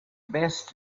best